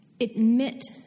Admit